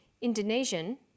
Indonesian